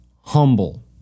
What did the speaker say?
humble